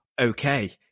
okay